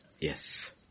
Yes